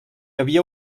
havia